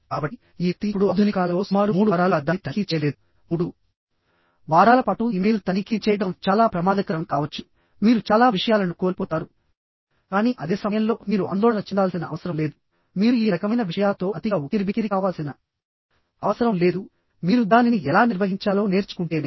కాబట్టి ఈ వ్యక్తి ఇప్పుడు ఆధునిక కాలంలో సుమారు మూడు వారాలుగా దాన్ని తనిఖీ చేయలేదు మూడు వారాల పాటు ఇమెయిల్ తనిఖీ చేయడం చాలా ప్రమాదకరం కావచ్చు మీరు చాలా విషయాలను కోల్పోతారు కానీ అదే సమయంలో మీరు ఆందోళన చెందాల్సిన అవసరం లేదు మీరు ఈ రకమైన విషయాలతో అతిగా ఉక్కిరిబిక్కిరి కావాల్సిన అవసరం లేదుమీరు దానిని ఎలా నిర్వహించాలో నేర్చుకుంటేనే